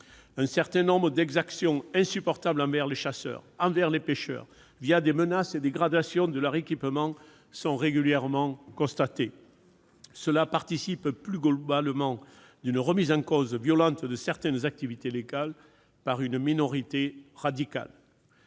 Un certain nombre d'exactions insupportables envers les chasseurs et les pêcheurs, des menaces et des dégradations de leur équipement, sont régulièrement constatées. Cela participe plus globalement d'une remise en cause violente de certaines activités légales par une minorité radicale.